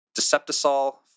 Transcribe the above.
deceptisol